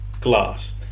Glass